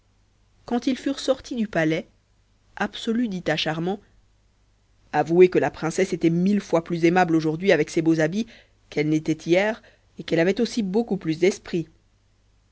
quand ils furent sortis du palais absolu dit à charmant avouez que la princesse était mille fois plus aimable aujourd'hui avec ses beaux habits qu'elle n'était hier et qu'elle avait aussi beaucoup plus d'esprit